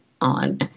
on